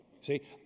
See